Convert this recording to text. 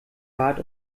bat